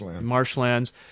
marshlands